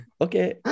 Okay